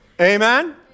Amen